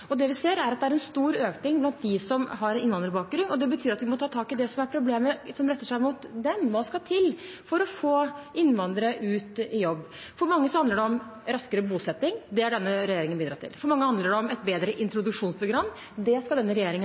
Det vi ser, er at det er en stor økning blant dem som har innvandrerbakgrunn, og det betyr at vi må ta tak i det problemet som retter seg mot dem. Hva skal til for å få innvandrere ut i jobb? For mange handler det om raskere bosetting – det har denne regjeringen bidratt til. For mange handler det om et bedre introduksjonsprogram – det skal denne regjeringen